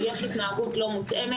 או שיש התנהגות לא מותאמת,